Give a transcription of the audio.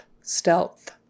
stealth